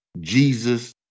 Jesus